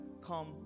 come